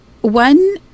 one